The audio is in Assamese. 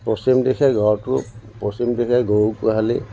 পশ্চিম দিশে ঘৰটো পশ্চিম দিশে গৰু গোহালি